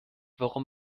warum